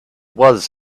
was